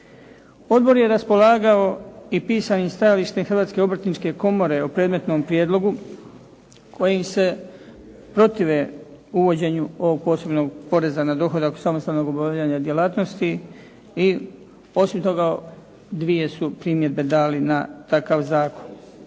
Odbor je raspolagao i pisanim stajalištem Hrvatske obrtničke komore o predmetnom prijedlogu kojim se protive uvođenju ovog posebnog poreza na dohodak od samostalnog obavljanja djelatnosti i osim toga dvije su primjedbe dali na takav zakon.